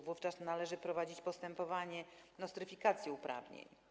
Wówczas należy prowadzić postępowanie nostryfikacji uprawnień.